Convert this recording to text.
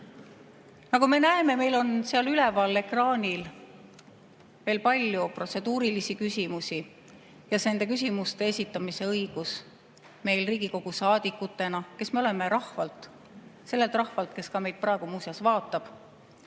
Nagu me näeme, meil on seal üleval ekraanil veel palju protseduurilisi küsimusi ja nende küsimuste esitamise õigus on meil Riigikogu saadikutena, kes me oleme rahvalt – sellelt rahvalt, kes meid ka praegu muuseas vaatab